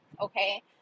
okay